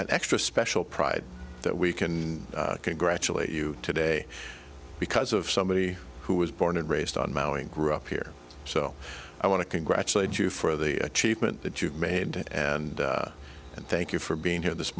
an extra special pride that we can congratulate you today because of somebody who was born and raised on mowing grew up here so i want to congratulate you for the achievement that you made and and thank you for being here this